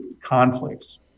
conflicts